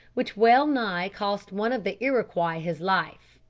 which well-nigh cost one of the iroquois his life.